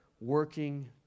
working